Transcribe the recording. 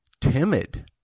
timid